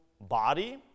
body